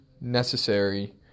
necessary